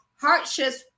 hardships